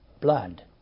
blood